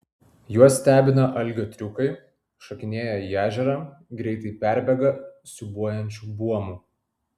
juos stebina algio triukai šokinėja į ežerą greitai perbėga siūbuojančiu buomu